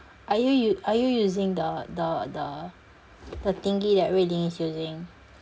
are you u~ are you using the the the the thingy that rui ling is using